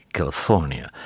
California